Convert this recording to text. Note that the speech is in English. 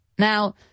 Now